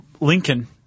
Lincoln